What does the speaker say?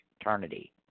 eternity